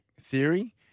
theory